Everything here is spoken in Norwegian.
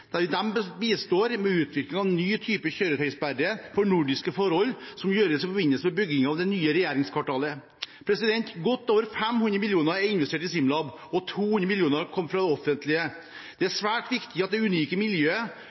der de bistår med utvikling av en ny type kjøretøysperre for nordiske forhold. Dette gjøres i forbindelse med byggingen av det nye regjeringskvartalet. Godt over 500 mill. kr er investert i SIMLab, og 200 mill. kr kommer fra det offentlige. Det er svært viktig at det unike miljøet, kompetansen og infrastrukturen som er